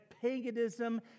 paganism